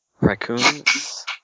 raccoons